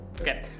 Okay